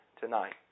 tonight